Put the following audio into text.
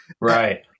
right